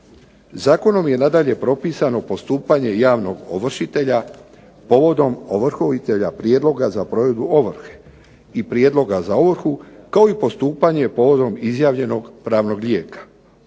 Zakonom je nadalje propisano postupanje javnog ovršitelja povodom ovrhoviteljevog prijedloga za provedbu ovrhe i prijedloga za ovrhu, kao i postupanje povodom izjavljenog pravnog lijeka.